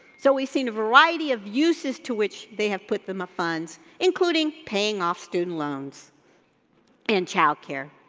so, we've seen a variety of uses to which they have put them a funds including paying off student loans and childcare.